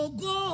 go